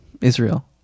israel